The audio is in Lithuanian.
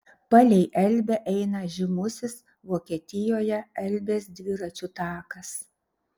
palei elbę eina žymusis vokietijoje elbės dviračių takas